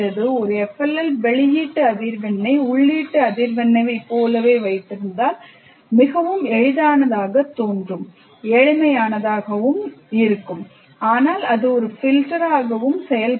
ஒரு FLL வெளியீட்டு அதிர்வெண்ணை உள்ளீட்டு அதிர்வெண்ணைப் போலவே வைத்திருந்தால் அது மிகவும் எளிமையானதாகத் தோன்றுகிறது ஆனால் இது ஒரு filter ஆகவும் செயல்படலாம்